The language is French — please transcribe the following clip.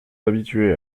habitués